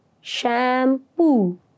Shampoo